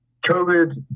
COVID